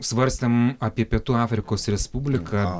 svarstėm apie pietų afrikos respubliką